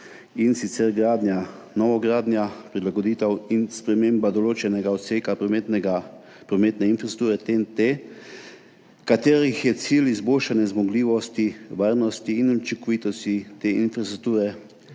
in sicer gradnja, novogradnja, prilagoditev in sprememba določenega odseka prometne infrastrukture TEN-T, katerih cilj je izboljšanje zmogljivosti, varnosti in učinkovitosti te infrastrukture